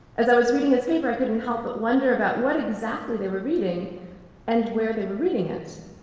as i was reading his paper i couldn't help but wonder about what exactly they were reading and where they were reading it.